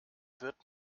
wird